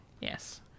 Yes